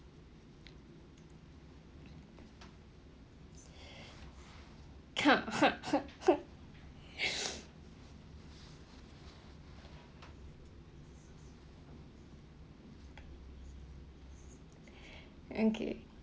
okay